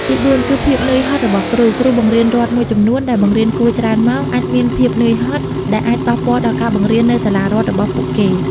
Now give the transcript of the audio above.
ទីបួន គឺភាពនឿយហត់របស់គ្រូ គ្រូបង្រៀនរដ្ឋមួយចំនួនដែលបង្រៀនគួរច្រើនម៉ោង អាចមានភាពនឿយហត់ ដែលអាចប៉ះពាល់ដល់ការបង្រៀននៅសាលារដ្ឋរបស់ពួកគេ។